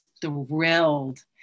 thrilled